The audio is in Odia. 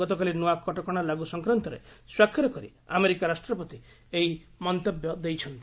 ଗତକାଲି ନ୍ତଆ କଟକଣା ଲାଗୁ ସଂକ୍ରାନ୍ତରେ ସ୍ୱାକ୍ଷର କରି ଆମେରିକା ରାଷ୍ଟ୍ରପତି ଏହି ମନ୍ତବ୍ୟ ଦେଇଛନ୍ତି